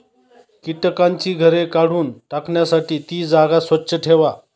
कीटकांची घरे काढून टाकण्यासाठी ती जागा स्वच्छ ठेवा